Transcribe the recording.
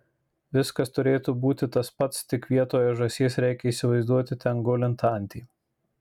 viskas turėtų būti tas pats tik vietoj žąsies reikia įsivaizduoti ten gulint antį